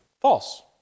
false